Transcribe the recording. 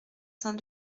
saint